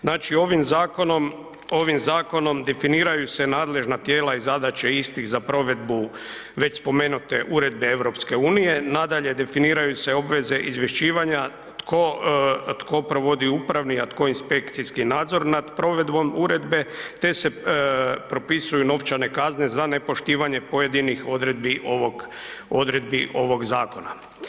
Znači, ovim zakonom, ovim zakonom definiraju se nadležna tijela i zadaće istih za provedbu već spomenute Uredbe EU, nadalje definiraju se obveze izvješćivanja tko provodi upravni, a tko inspekcijski nadzor nad provedbom uredbe te propisuju novčane kazne za nepoštivanje pojedinih odredbi ovog zakona.